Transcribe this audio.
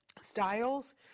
Styles